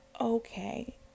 okay